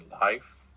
life